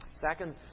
Second